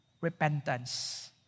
repentance